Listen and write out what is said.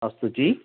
अस्तु जि